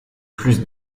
plus